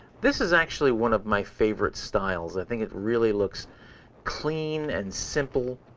this is actually one of my favorite styles. i think it really looks clean and simple.